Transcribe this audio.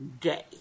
day